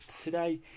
Today